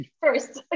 first